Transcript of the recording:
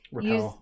use